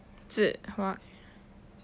字